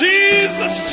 Jesus